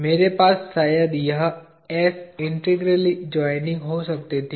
मेरे पास शायद यह s इंटेग्रली जोइनिंग हो सकती थी